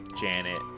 Janet